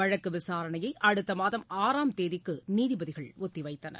வழக்கு விசாரணையை அடுத்த மாதம் ஆறாம் தேதிக்கு நீதிபதிகள் ஒத்தி வைத்தனர்